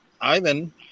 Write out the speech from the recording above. Ivan